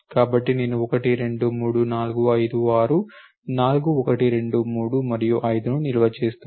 కాబట్టి నేను 1 2 3 4 5 6 4 1 2 3 మరియు 5ని నిల్వ చేస్తున్నాను